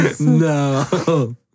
No